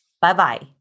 Bye-bye